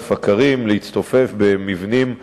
החורף הקרים להצטופף במבנים מיושנים,